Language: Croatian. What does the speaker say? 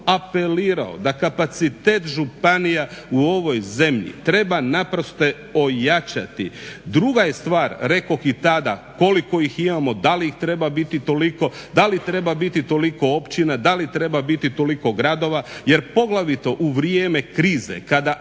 apelirao da kapacitet županija u ovoj zemlji treba naprosto ojačati. Druga je stvar, rekoh i tada, koliko ih imamo, da li ih treba biti toliko, da li treba biti toliko općina, da li treba biti toliko gradova jer poglavito u vrijeme krize kada